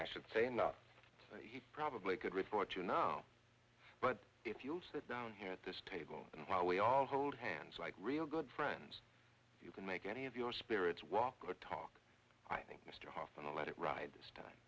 i should say enough he probably could report you now but if you'll sit down here at this table and while we all hold hands like real good friends you can make any of your spirits walk or talk i think mr hoffa let it ride this time